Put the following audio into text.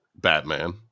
Batman